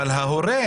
אבל ההורה,